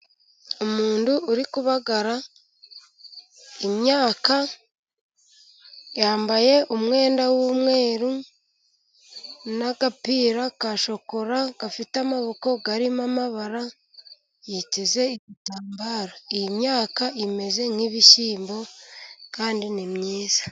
Umuntu uri kubagara imyaka, yambaye umwenda w'umweru n'agapira ka shokora gafite amaboko arimo amabara. Yiteze igitambaro. Iyi myaka imeze nk'ibishyimbo kandi ni myiza.